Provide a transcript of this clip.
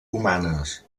humanes